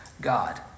God